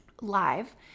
live